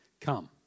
come